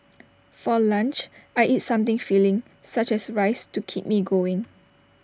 for lunch I eat something filling such as rice to keep me going